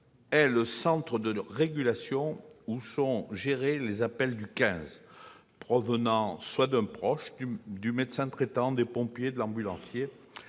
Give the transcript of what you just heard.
est le centre de régulation où sont gérés les appels du 15, provenant d'un proche, du médecin traitant, des pompiers ou de l'ambulancier.